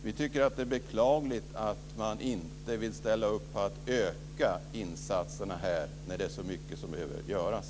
Vi tycker att det är beklagligt att man inte vill ställa upp på att öka insatserna här när det är så mycket som behöver göras.